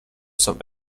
some